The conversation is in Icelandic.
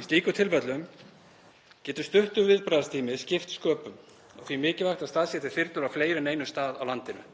Í slíkum tilfellum getur stuttur viðbragðstími skipt sköpum og því mikilvægt að staðsetja þyrlur á fleiri en einum stað á landinu,